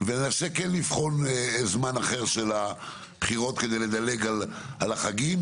ונעשה כן לבחון זמן אחר של הבחירות כדי לדלג על החגים,